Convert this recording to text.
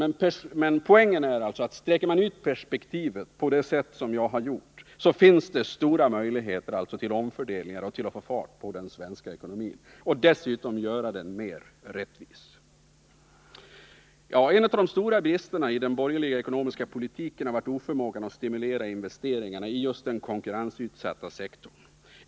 Men poängen är den, att om man sträcker ut perspektivet på det sätt som jag har gjort så finns det alltså stora möjligheter till omfördelningar för att få fart på den svenska ekonomin och dessutom göra den mer rättvis. En av de stora bristerna i den borgerliga ekonomiska politiken har varit oförmågan att stimulera investeringarna i just den konkurrensutsatta sektorn.